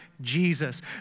Jesus